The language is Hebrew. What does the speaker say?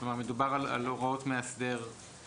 מדובר על הוראות מאסדר.